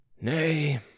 Nay